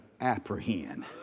apprehend